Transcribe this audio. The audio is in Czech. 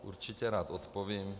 Určitě rád odpovím.